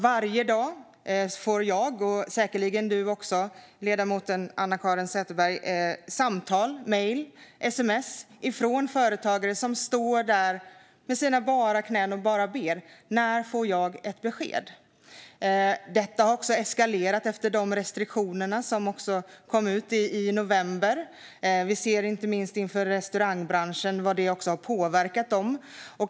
Varje dag får jag, och säkerligen också ledamoten Anna-Caren Sätherberg, samtal, mejl och sms från företagare som står där på sina bara knän och ber: När får jag ett besked? Detta har också eskalerat efter de restriktioner som kom i november - vi ser inte minst hur det har påverkat restaurangbranschen.